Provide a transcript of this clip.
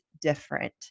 different